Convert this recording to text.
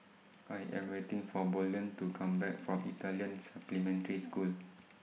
I Am waiting For Bolden to Come Back from Italian Supplementary School